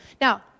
Now